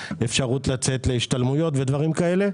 אפשרות לצאת להשתלמויות ודברים כאלה.